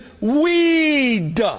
weed